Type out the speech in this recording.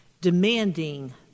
demanding